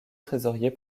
trésorier